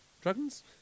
Dragons